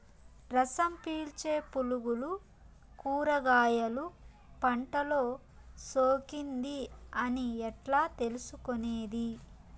రసం పీల్చే పులుగులు కూరగాయలు పంటలో సోకింది అని ఎట్లా తెలుసుకునేది?